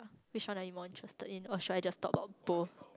which one are you more interested in or should I just talk about both